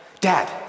Dad